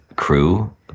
crew